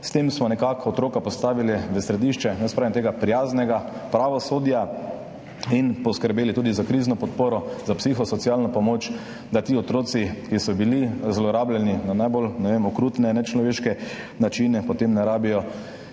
s tem nekako otroka postavili v središče, jaz pravim, prijaznega pravosodja in poskrbeli tudi za krizno podporo, za psihosocialno pomoč, da ti otroci, ki so bili zlorabljeni na najbolj okrutne, nečloveške načine, potem ne rabijo